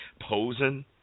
posing